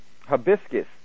hibiscus